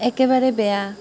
একেবাৰে বেয়া